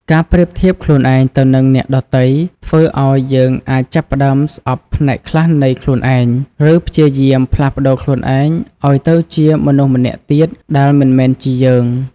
ការប្រៀបធៀបខ្លួនឯងទៅនិងអ្នកដ៏ទៃធ្វើអោយយើងអាចចាប់ផ្ដើមស្អប់ផ្នែកខ្លះនៃខ្លួនឯង ឬព្យាយាមផ្លាស់ប្ដូរខ្លួនឯងឱ្យទៅជាមនុស្សម្នាក់ទៀតដែលមិនមែនជាយើង។